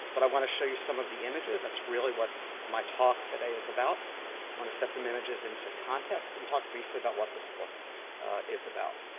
but i want to show you some of the images. that's really what my talk today is about. i want to set some images into context and talk briefly about what this book is about.